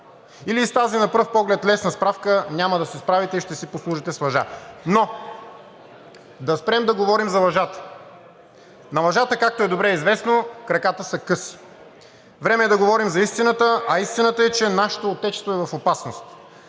или и с тази на пръв поглед лесна справка няма да се справите и ще си послужите с лъжа. Но да спрем да говорим за лъжата. На лъжата, както е добре известно, краката са къси. Време е да говорим за истината, а истината е, че нашето отечество е в опасност,